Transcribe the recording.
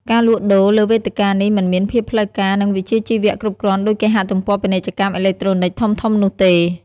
ការលក់ដូរលើវេទិកានេះមិនមានភាពផ្លូវការនិងវិជ្ជាជីវៈគ្រប់គ្រាន់ដូចគេហទំព័រពាណិជ្ជកម្មអេឡិចត្រូនិកធំៗនោះទេ។